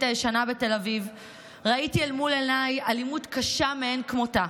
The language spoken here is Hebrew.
הישנה בתל אביב ראיתי אל מול עיניי אלימות קשה מאין כמותה,